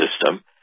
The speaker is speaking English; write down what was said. system